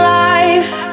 life